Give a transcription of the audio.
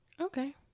okay